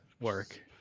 work